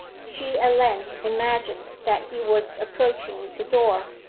she at length imagined that he was approaching the door.